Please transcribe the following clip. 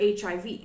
HIV